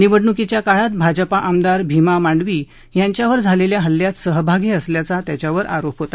निवडणुकीच्या काळात भाजपा आमदार भीमा मांडवी यांच्यावर झालख्खा हल्ल्यात सहभागी असल्याचा त्याच्यावर आरोप होता